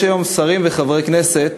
יש היום שרים וחברי כנסת